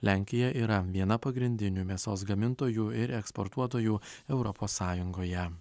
lenkija yra viena pagrindinių mėsos gamintojų ir eksportuotojų europos sąjungoje